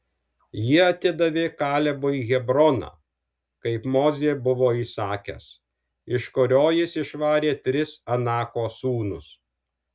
jie atidavė kalebui hebroną kaip mozė buvo įsakęs iš kurio jis išvarė tris anako sūnus